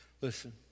Listen